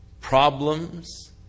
problems